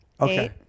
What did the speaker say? Okay